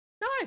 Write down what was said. No